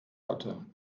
hatte